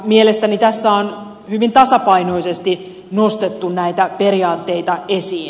mielestäni tässä on hyvin tasapainoisesti nostettu näitä periaatteita esiin